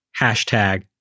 hashtag